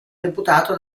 deputato